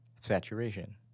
saturation